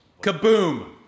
Kaboom